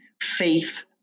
faith